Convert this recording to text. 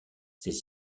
ces